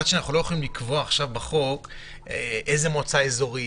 מצד שני אנחנו לא יכולים לקבוע עכשיו בחוק איזה מועצה אזורית?